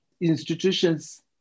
institutions